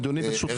אדוני, ברשותך.